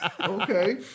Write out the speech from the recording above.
Okay